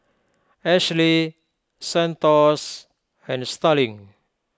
Ashlee Santos and Starling